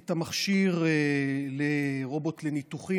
את המכשיר לרובוט לניתוחים,